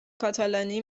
کاتالانی